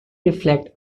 reflect